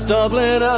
Dublin